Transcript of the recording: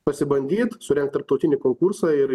pasibandyt surengt tarptautinį konkursą ir